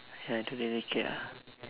ya I don't really care ah